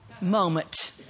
moment